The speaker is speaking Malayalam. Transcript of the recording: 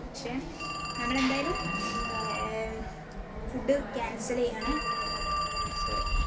പക്ഷേ നമ്മളെന്തായാലും ഫുഡ് ക്യാൻസല് ചെയ്യുകയാണ് സോറി